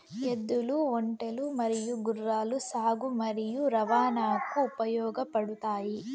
ఎద్దులు, ఒంటెలు మరియు గుర్రాలు సాగు మరియు రవాణాకు ఉపయోగపడుతాయి